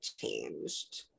changed